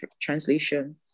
translation